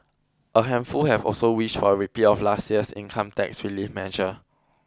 a handful have also wished for a repeat of last year's income tax relief measure